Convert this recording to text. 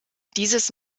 dieses